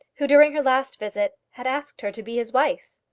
who during her last visit had asked her to be his wife.